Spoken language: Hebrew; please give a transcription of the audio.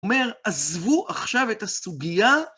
אומר, עזבו עכשיו את הסוגיה